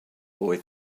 boy